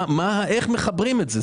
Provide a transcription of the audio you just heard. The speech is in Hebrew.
איך מחברים את זה?